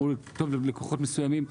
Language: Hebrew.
הוא טוב ללקוחות מסוימים.